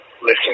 listen